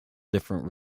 different